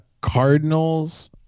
Cardinals